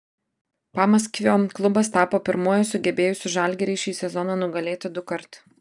pamaskvio klubas tapo pirmuoju sugebėjusiu žalgirį šį sezoną nugalėti dukart